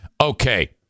Okay